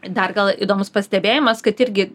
dar gal įdomus pastebėjimas kad irgi